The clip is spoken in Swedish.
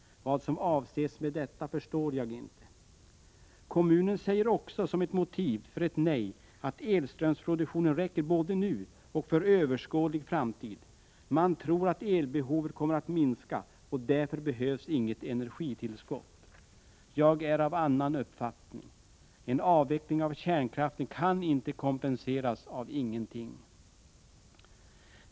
Vad som avses med detta förstår jag inte. Kommunen säger också som ett motiv för ett nej att elströmsproduktionen räcker både nu och för överskådlig framtid. Man tror att elbehovet kommer att minska och att därför inget elenergitillskott behövs. Jag är av annan uppfattning. En avveckling av kärnkraften kan inte kompenseras av ingenting.